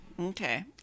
Okay